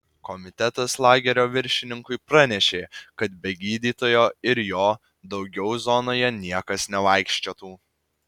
komitetas lagerio viršininkui pranešė kad be gydytojo ir jo daugiau zonoje niekas nevaikščiotų